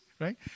Right